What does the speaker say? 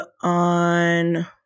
on